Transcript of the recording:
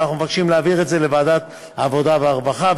ואנחנו מבקשים להעביר את זה לוועדת העבודה והרווחה,